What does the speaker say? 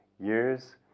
years